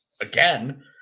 again